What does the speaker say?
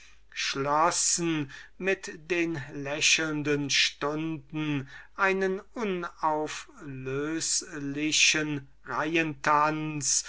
schlossen mit den lächelnden stunden einen unauflöslichen reihentanz